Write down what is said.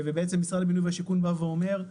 משרד הבינוי והשיכון בא ואומר: